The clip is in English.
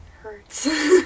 hurts